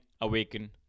Awaken